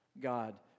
God